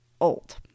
old